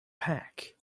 pack